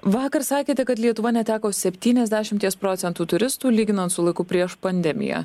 vakar sakėte kad lietuva neteko septyniasdešimties procentų turistų lyginant su laiku prieš pandemiją